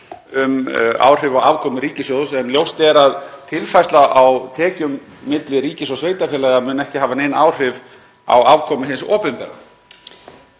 um áhrif á afkomu ríkissjóðs. En ljóst er að tilfærsla á tekjum milli ríkis og sveitarfélaga mun ekki hafa nein áhrif á afkomu hins opinbera.